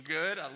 good